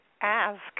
ask